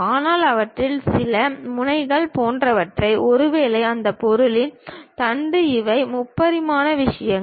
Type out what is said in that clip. ஆனால் அவற்றில் சில முனைகள் போன்றவை ஒருவேளை அந்த பொருளின் தண்டு இவை முப்பரிமாண விஷயங்கள்